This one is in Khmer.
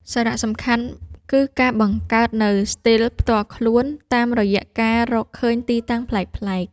សារៈសំខាន់គឺការបង្កើតនូវស្ទីលផ្ទាល់ខ្លួន តាមរយៈការរកឃើញទីតាំងប្លែកៗ។